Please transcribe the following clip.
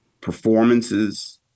performances